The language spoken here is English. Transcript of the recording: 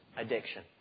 addiction